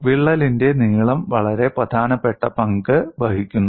വിള്ളലിന്റെ നീളം വളരെ പ്രധാനപ്പെട്ട പങ്ക് വഹിക്കുന്നു